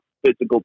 Physical